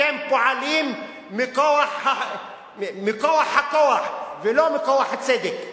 אתם פועלים מכוח הכוח, ולא מכוח הצדק.